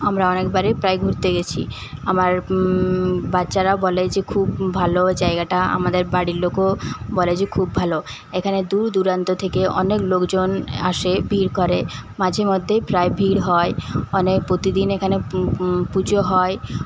আমরা অনেকবারই প্রায়ই ঘুরতে গেছি আমার বাচ্চারা বলে যে খুব ভালো জায়গাটা আমাদের বাড়ির লোকও বলে যে খুব ভালো এখানে দূরদূরান্ত থেকে অনেক লোকজন আসে ভিড় করে মাঝেমধ্যেই প্রায়ই ভিড় হয় মানে প্রতিদিন এখানে পুজো হয়